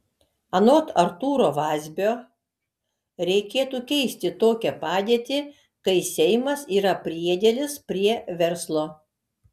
anot artūro vazbio reikėtų keisti tokią padėtį kai seimas yra priedėlis prie verslo